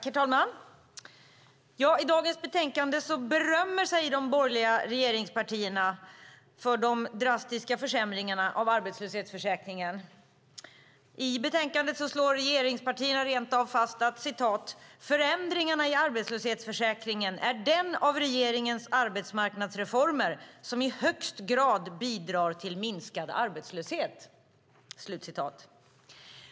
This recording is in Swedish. Herr talman! I dagens betänkande berömmer sig de borgerliga regeringspartierna av de drastiska försämringarna av arbetslöshetsförsäkringen. I betänkandet slår regeringspartierna rent av fast att "förändringarna i arbetslöshetsförsäkringen är den av regeringens arbetsmarknadsreformer som i högst grad bidrar till minskad arbetslöshet".